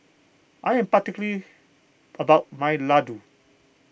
I am particular about my Ladoo